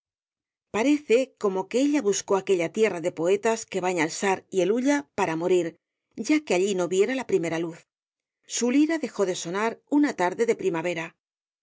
parece como que ella buscó aquella tierra de poetas que baña el sar y el ulla para morir ya que allí no viera la primera luz su lira dejó de sonar una tarde de primavera